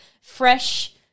fresh